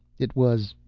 it was,